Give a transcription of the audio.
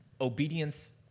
obedience